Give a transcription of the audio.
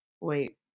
wait